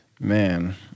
man